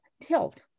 tilt